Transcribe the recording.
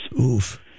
Oof